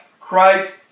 Christ